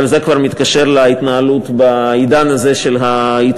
אבל זה כבר מתקשר להתנהלות בעידן הזה של העיצומים.